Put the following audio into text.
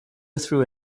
through